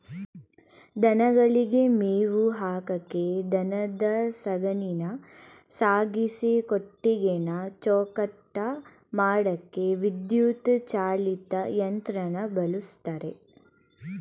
ದನಗಳಿಗೆ ಮೇವು ಹಾಕಕೆ ದನದ ಸಗಣಿನ ಸಾಗಿಸಿ ಕೊಟ್ಟಿಗೆನ ಚೊಕ್ಕಟ ಮಾಡಕೆ ವಿದ್ಯುತ್ ಚಾಲಿತ ಯಂತ್ರನ ಬಳುಸ್ತರೆ